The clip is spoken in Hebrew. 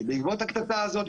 בעקבות הקטטה הזאת,